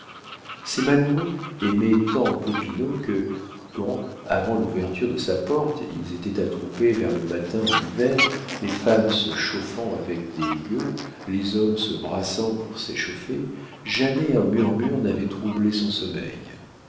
ces malheureux aimaient tant popinot que quand avant l'ouverture de sa porte ils étaient attroupés vers le matin en hiver les femmes se chauffant avec des gueux les hommes se brassant pour s'échauffer jamais un murmure n'avait troublé son sommeil